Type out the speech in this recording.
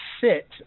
sit